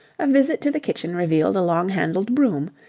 a visit to the kitchen revealed a long-handled broom,